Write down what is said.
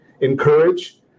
encourage